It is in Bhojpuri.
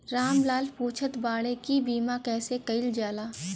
राम लाल पुछत बाड़े की बीमा कैसे कईल जाला?